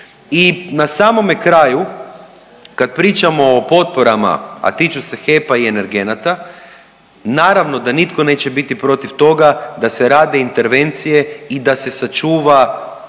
I na samome kraju kad pričamo o potporama, a tiču se HEP-a i energenata naravno da nitko neće biti protiv toga da se rade intervencije i da se sačuva